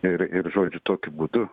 ir ir žodžiu tokiu būdu